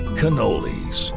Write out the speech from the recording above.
cannolis